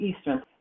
Eastern